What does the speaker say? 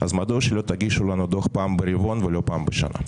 אז מדוע שלא תגישו לנו דוח פעם ברבעון ולא פעם בשנה?